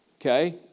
Okay